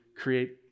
create